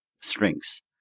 strings